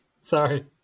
Sorry